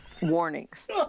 warnings